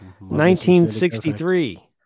1963